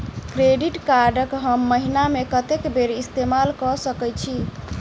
Credit card कऽ हम महीना मे कत्तेक बेर इस्तेमाल कऽ सकय छी?